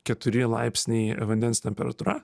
keturi laipsniai vandens temperatūra